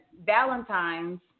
Valentine's